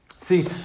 See